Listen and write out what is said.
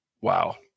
wow